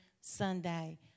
Sunday